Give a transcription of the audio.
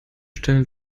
stellen